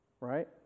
right